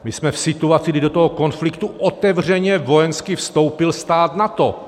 My jsme v situaci, kdy do toho konfliktu otevřeně vojensky vstoupil stát NATO.